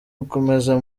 gukomeza